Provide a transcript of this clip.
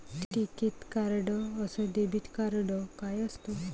टिकीत कार्ड अस debit card काय असत?